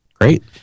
Great